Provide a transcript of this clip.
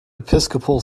episcopal